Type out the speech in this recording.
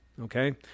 okay